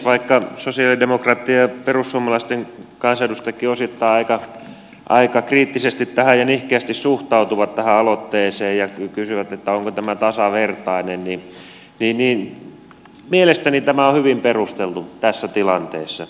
vaikka sosialidemokraattien ja perussuomalaisten kansanedustajatkin osittain aika kriittisesti ja nihkeästi suhtautuvat tähän aloitteeseen ja kysyvät onko tämä tasavertainen niin mielestäni tämä on hyvin perusteltu tässä tilanteessa